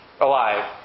alive